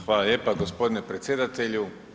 Hvala lijepa gospodine predsjedatelju.